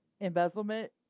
Embezzlement